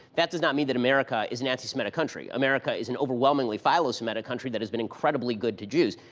that does not mean that america is an anti-semitic country. america is and overwhelmingly philosemitic country that has been incredibly good to jews.